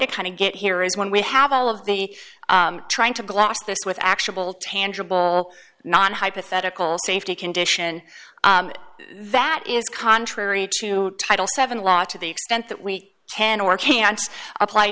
to kind of get here is when we have all of the trying to gloss this with actual tangible not hypothetical safety condition that is contrary to title seven law to the extent that we can or can't apply